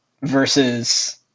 versus